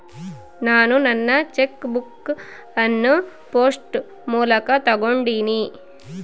ನಾನು ನನ್ನ cheque book ಅನ್ನು ಪೋಸ್ಟ್ ಮೂಲಕ ತೊಗೊಂಡಿನಿ